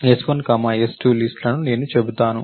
s1 comma s2 లిస్ట్లని నేను చెబుతాను